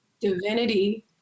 divinity